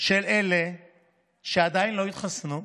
של אלה שעדיין לא התחסנו,